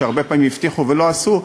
שהרבה פעמים הבטיחו ולא עשו,